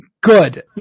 Good